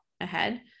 ahead